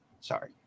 Sorry